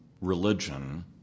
religion